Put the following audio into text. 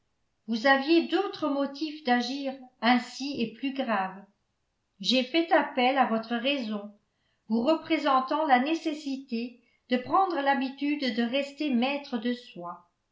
vous aviez d'autres motifs d'agir ainsi et plus graves j'ai fait appel à votre raison vous représentant la nécessité de prendre l'habitude de rester maître de soi